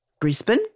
Brisbane